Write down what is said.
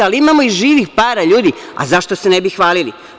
Ali, imamo i živih para, ljudi, zašto se ne bismo hvalili?